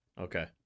Okay